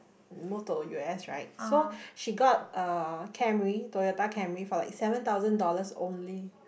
move to U_S right so she got uh Camry Toyota-Camry for a seven thousand dollars only